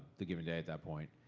the given day at that point.